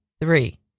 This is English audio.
three